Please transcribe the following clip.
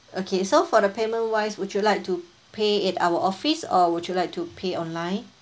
okay so for the payment wise would you like to pay at our office or would you like to pay online